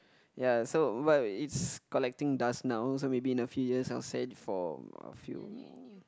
ya so but its collecting dust now so maybe in a few years I will send for a few